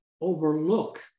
overlook